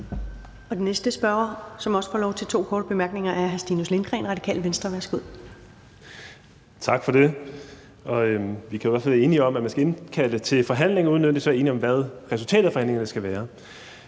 Den næste spørger, som også får lov til to korte bemærkninger, er hr. Stinus Lindgreen, Radikale Venstre. Værsgo. Kl. 13:50 Stinus Lindgreen (RV): Tak for det. Vi kan jo i hvert fald være enige om, at man skal indkalde til forhandlinger uden nødvendigvis at være enige om, hvad resultatet af forhandlingerne skal være.